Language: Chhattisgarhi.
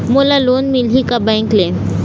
मोला लोन मिलही का बैंक ले?